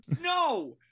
no